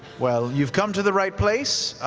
well, you've come to the right place.